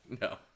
no